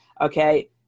okay